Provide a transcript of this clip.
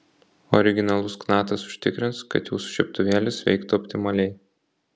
originalus knatas užtikrins kad jūsų žiebtuvėlis veiktų optimaliai